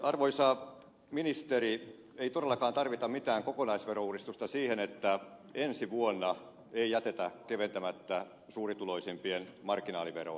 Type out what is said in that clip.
arvoisa ministeri ei todellakaan tarvita mitään kokonaisverouudistusta siihen että ensi vuonna ei jätetä keventämättä suurituloisimpien marginaaliveroa